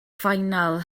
final